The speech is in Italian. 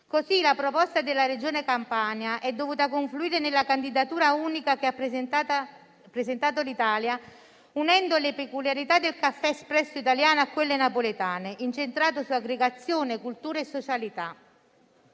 Così la proposta della Regione Campania è dovuta confluire nella candidatura unica che ha presentato l'Italia, unendo le peculiarità del caffè espresso italiano a quelle napoletane, incentrate su aggregazione, cultura e socialità.